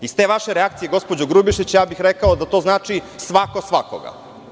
Iz te vaše reakcije gospođo Grubješić, rekao bih da to znači, svako svakoga.